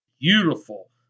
beautiful